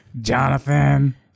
Jonathan